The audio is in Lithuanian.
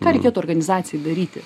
ką reikėtų organizacijai daryti